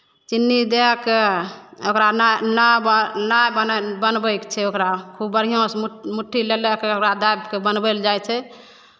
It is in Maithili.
चीनी दए कऽ ओकरा ना ना ना ब ना बनबैके छै ओकरा खूब बढ़िआँसँ मु मुट्ठी लए लए कऽ ओकरा दाबि कऽ बनबै लए जाइ छै